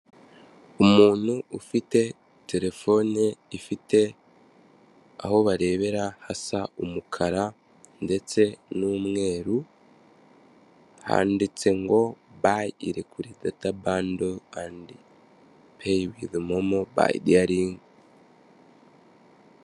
Umuntu ufite telefone ifite aho barebera hasa umukara ndetse n'umweru, handitse ngo bayi irekure data bando andi peyi wivi momo bayi deyaringi.